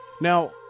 Now